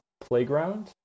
Playground